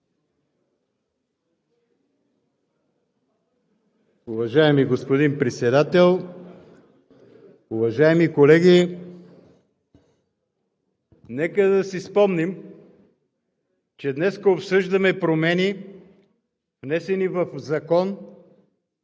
Уважаеми господин Председател, уважаеми колеги! Нека да си спомним, че днес обсъждаме промени, внесени в закон,